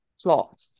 plot